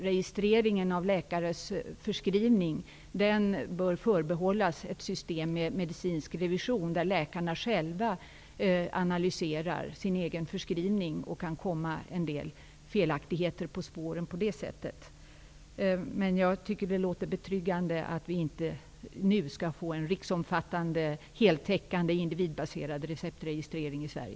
Registrering av läkares förskrivning bör förbehållas ett system med medicinsk revision, där läkarna själva analyserar sina egna förskrivningar och därigenom kan komma till rätta med en del felaktigheter. Men det låter betryggande att vi inte nu skall få en riksomfattande, heltäckande, individbaserad receptregistrering i Sverige.